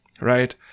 right